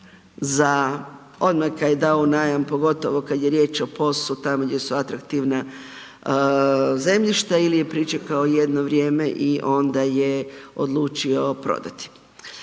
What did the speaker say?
za, odmah ga je dao u najam, pogotovo kad je riječ o POS-u, tamo gdje su atraktivna zemljišta il je pričekao jedno vrijeme i onda je odlučio prodati.